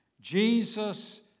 Jesus